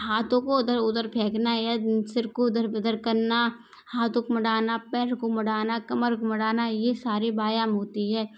हाथों को उधर उधर फेंकना या सिर को इधर उधर करना हाथों को मुड़ाना पैर को मुड़ाना कमर मुड़ाना ये सारी व्यायाम होती हैं